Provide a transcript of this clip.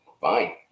Fine